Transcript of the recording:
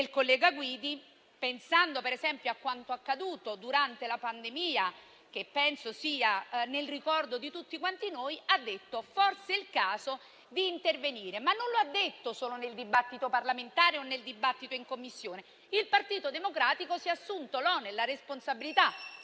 (mi riferisco, ad esempio, a quanto accaduto durante la pandemia, che penso sia nel ricordo di tutti quanti noi), ha ritenuto che forse fosse il caso di intervenire. E non l'ha detto solo nel dibattito parlamentare o in quello in Commissione; il Partito Democratico si è assunto l'onere e la responsabilità,